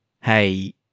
hey